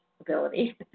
ability